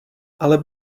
ale